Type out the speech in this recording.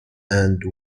and